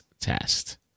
test